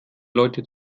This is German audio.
leute